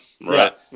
Right